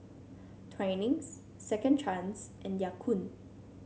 Twinings Second Chance and Ya Kun